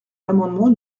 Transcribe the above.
l’amendement